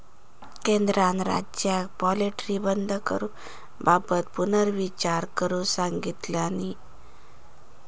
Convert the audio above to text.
केंद्रान राज्यांका पोल्ट्री बंद करूबाबत पुनर्विचार करुक सांगितलानी